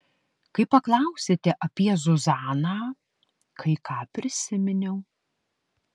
kai paklausėte apie zuzaną kai ką prisiminiau